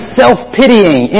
self-pitying